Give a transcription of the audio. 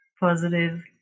positive